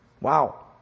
Wow